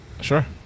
Sure